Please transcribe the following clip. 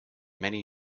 many